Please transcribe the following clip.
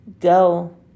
Go